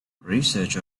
research